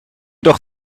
doch